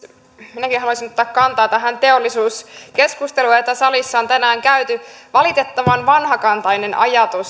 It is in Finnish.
minäkin haluaisin ottaa kantaa tähän teollisuuskeskusteluun jota salissa on tänään käyty valitettavan vanhakantainen ajatus